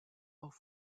auf